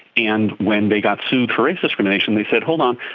and when they got sued for race discrimination they said, hold on,